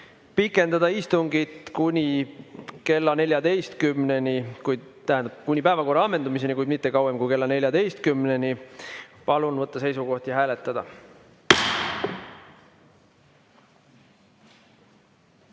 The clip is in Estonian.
pikendada istungit kuni päevakorra ammendumiseni, kuid mitte kauem kui kella 14-ni. Palun võtta seisukoht ja hääletada!